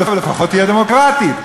אבל לפחות תהיה דמוקרטית.